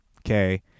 okay